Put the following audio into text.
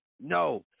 No